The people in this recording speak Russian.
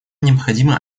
необходимо